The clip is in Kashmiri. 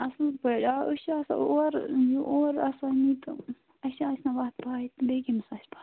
اَصٕل پٲٹھۍ آ أسۍ چھِ آسان اورٕ یہِ اورٕ آسان یہِ تہٕ اَسہِ چھِ آسان وَتھ پَے تہٕ بیٚیہِ کیٚمِس آسہِ پَے